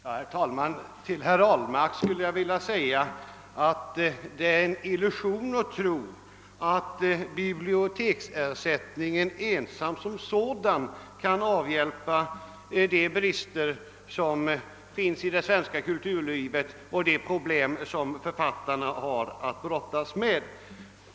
Herr talman! Till herr Ahlmark skul le jag vilja säga att det är en illusion att tro att biblioteksersättningen som sådan kan avhjälpa de brister som finns i det svenska kulturlivet och de problem författarna har att brottas med.